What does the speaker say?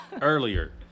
Earlier